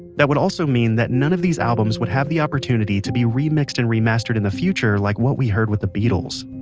that would also mean that none of these albums would have the opportunity to be remixed and remastered in the future like what we heard with the beatles